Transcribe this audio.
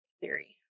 theory